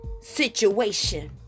situation